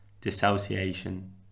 dissociation